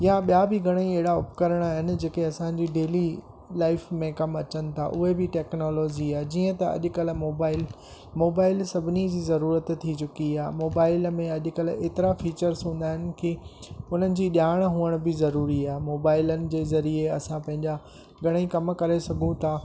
या ॿिया बि घणेई अहिड़ा उपकरण आहिनि जेके असांजो डेली लाइफ में कमु अचनि था उहे बि टैक्नोलॉजी आहे जीअं त अॼुकल्ह मोबाइल मोबाइल सभिनी जी ज़रूरत थी चुकी आहे मोबाइल में अॼुकल्ह एतिरा फीचर्स हूंदा आहिनि की उन्हनि जी ॼाणु हुजण बि ज़रूरी आ्हे मोबाइलन जे ज़रिए असां पंहिंजा घणेई कम करे सघूं था